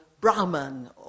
Brahman